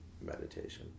meditation